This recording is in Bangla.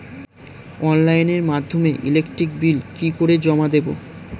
অনলাইনের মাধ্যমে ইলেকট্রিক বিল কি করে জমা দেবো?